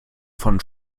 von